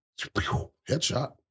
Headshot